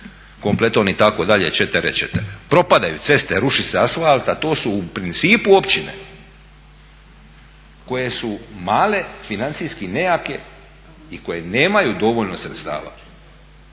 …/Govornik se ne razumije./.... Propadaju ceste, ruši se asfalt a to su u principu općine koje su male, financijski nejake i koje nemaju dovoljno sredstava